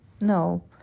no